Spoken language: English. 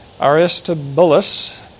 Aristobulus